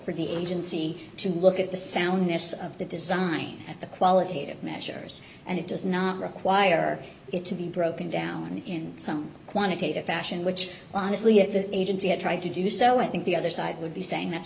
for the agency to look at the soundness of the design at the qualitative measures and it does not require it to be broken down in some quantitative fashion which honestly if the agency had tried to do so i think the other side would be saying that